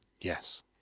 Yes